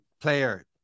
player